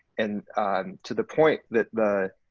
and to the point that the,